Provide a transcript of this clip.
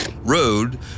road